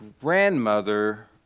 grandmother